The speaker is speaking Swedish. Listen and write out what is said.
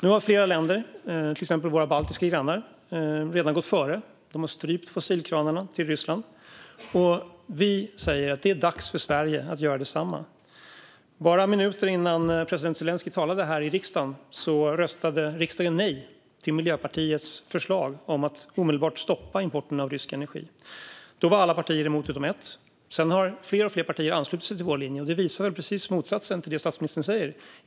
Nu har flera länder, till exempel våra baltiska grannar, redan gått före. De har strypt fossilkranarna från Ryssland. Vi säger att det är dags för Sverige att göra detsamma. Bara minuter innan president Zelenskyj talade här i riksdagen röstade riksdagen nej till Miljöpartiets förslag om att omedelbart stoppa importen av rysk energi. Då var alla partier utom ett emot. Sedan har fler och fler partier anslutit sig till vår linje, och detta visar väl precis motsatsen till det statsministern säger.